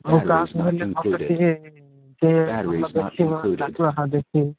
ଆଉ କାହାକୁ ହେଲେ ଭଲ କିଏ ସିଏ ଭଲ ଦେଖିବ ତାକୁ ଏକା ଦେଖି